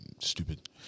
stupid